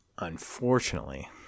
Unfortunately